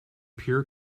pure